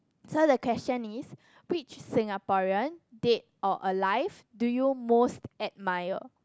so the question is which Singaporean dead or alive do you most admired